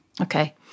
Okay